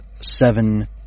seven